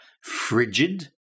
frigid